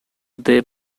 they